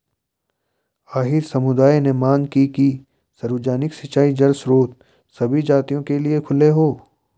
अहीर समुदाय ने मांग की कि सार्वजनिक सिंचाई जल स्रोत सभी जातियों के लिए खुले हों